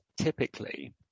Typically